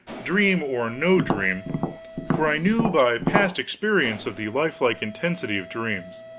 dream or no dream for i knew by past experience of the lifelike intensity of dreams,